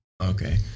Okay